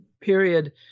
period